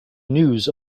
news